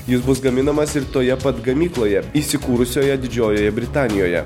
jis bus gaminamas ir toje pat gamykloje įsikūrusioje didžiojoje britanijoje